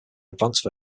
advance